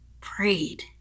prayed